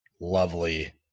lovely